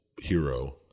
hero